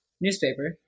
newspaper